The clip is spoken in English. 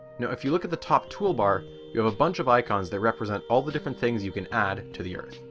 now if you look at the top toolbar you have a bunch of icons that represent all the different things you can add to the earth.